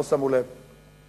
לא שמו לב אליהם.